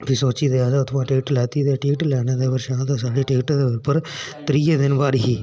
सोची ते असें उत्थुआं टिकट लैती ते टिकट लैना दे साढ़ी टिकट उप्पर त्रीए दिन बारी ही